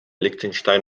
liechtenstein